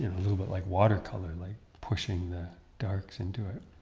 a little bit like watercolor like pushing the darks into it.